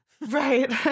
Right